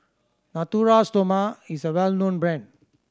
Natura Stoma is a well known brand